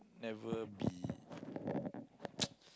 never be